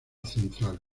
central